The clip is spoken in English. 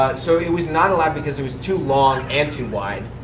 ah so it was not allowed because it was too long and too wide.